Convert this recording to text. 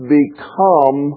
become